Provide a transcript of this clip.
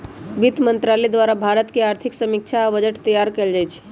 वित्त मंत्रालय द्वारे भारत के आर्थिक समीक्षा आ बजट तइयार कएल जाइ छइ